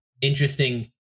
interesting